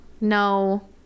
No